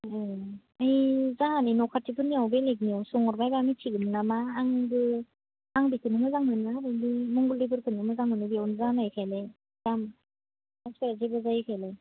ओं ओइ जाहानि न' खाथिफोरनियाव बेलेगनियाव सोंहरबायब्ला मिथिगोन नामा आंबो आं बेखोनो मोजां मोनो आरो बै मंगलदैफोरखोनो मोजां मोनो बेयावनो जानायखायनो दाम मानसिया जेबो जायिखायनो